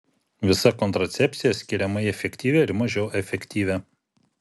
visa kontracepcija skiriama į efektyvią ir mažiau efektyvią